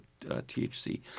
THC